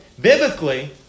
Biblically